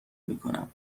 میکنم